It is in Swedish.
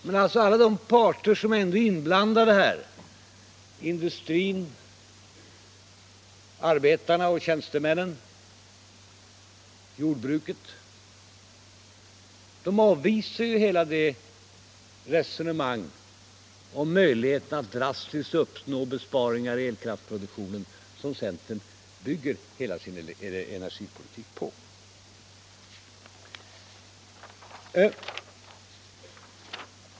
Men alla de parter som är inblandade — industrin, arbetarna och tjänstemännen, jordbruket — avvisar hela det resonemang om möjligheten att drastiskt uppnå besparingar i elkraftsproduktionen som centern bygger sin energipolitik på.